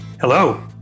Hello